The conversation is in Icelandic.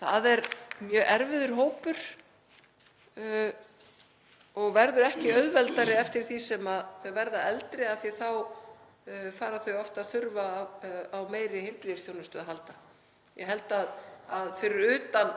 Það er mjög erfiður hópur og verður ekki auðveldari eftir því sem þau verða eldri af því að þá fara þau oftar að þurfa á meiri heilbrigðisþjónustu að halda. Ég held að fyrir utan